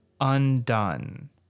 undone